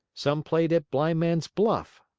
some played at blindman's buff,